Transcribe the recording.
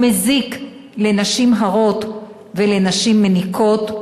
הוא מזיק לנשים הרות ולנשים מניקות,